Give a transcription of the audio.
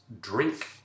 Drink